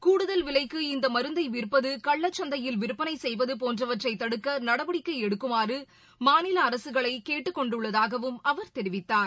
கூடுதல் விலைக்கு இந்த மருந்தை விற்பது கள்ள சந்தையில் விற்பனை செய்வது போன்றவற்றை தடுக்க நடவடிக்கை எடுக்குமாறு மாநில அரசுகளை கேட்டுக்கொண்டுள்ளதாகவும் அவர் தெரிவித்தார்